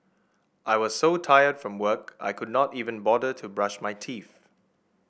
I was so tired from work I could not even bother to brush my teeth